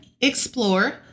explore